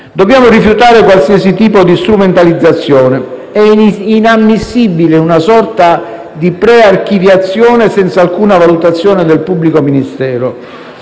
Dobbiamo rifiutare qualsiasi tipo di strumentalizzazione. È inammissibile una sorta di prearchiviazione senza alcuna valutazione del pubblico ministero.